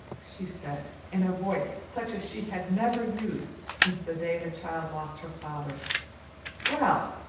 she said, in a voice such as she had never used since the day the child lost her father well,